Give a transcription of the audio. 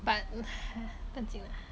but mm ha~ 不用紧 lah